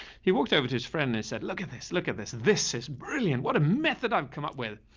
he walked over to his friend and he said, look at this. look at this. this is brilliant. what a method i've come up with.